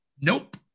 Nope